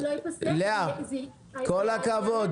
לאה, כל הכבוד.